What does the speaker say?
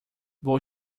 vou